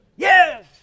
Yes